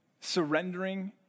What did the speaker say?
surrendering